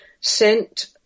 sent